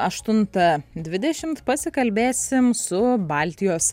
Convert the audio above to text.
aštuntą dvidešimt pasikalbėsim su baltijos